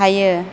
हायो